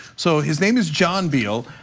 so his name is john deal,